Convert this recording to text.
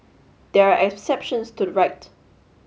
there are exceptions to the right